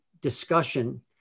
discussion